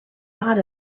thought